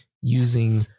using